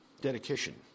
dedication